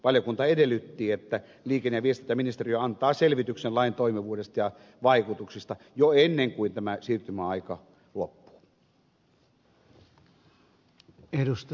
valiokunta edellytti että liikenne ja viestintäministeriö antaa selvityksen lain toimivuudesta ja vaikutuksista jo ennen kuin tämä siirtymäaika loppuu